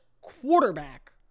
quarterback